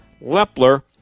Lepler